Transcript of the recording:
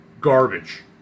garbage